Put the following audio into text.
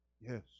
Yes